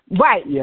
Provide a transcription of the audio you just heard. Right